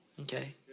Okay